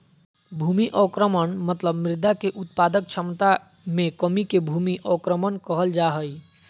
भूमि अवक्रमण मतलब मृदा के उत्पादक क्षमता मे कमी के भूमि अवक्रमण कहल जा हई